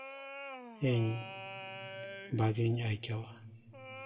ᱤᱧ ᱵᱷᱟᱹᱜᱤᱧ ᱟᱹᱭᱠᱟᱹᱣᱟ